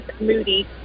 Moody